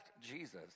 Jesus